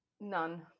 None